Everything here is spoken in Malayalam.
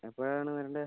എപ്പോഴാണ് വരേണ്ടത്